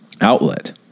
outlet